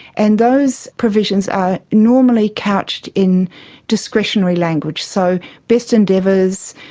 and those provisions are normally couched in discretionary language, so best endeavours,